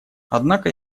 однако